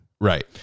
Right